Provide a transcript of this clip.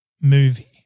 movie